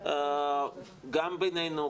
גם בינינו,